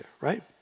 right